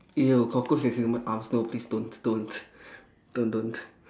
!eww! cockroach with human arms no please don't don't don't don't